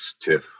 stiff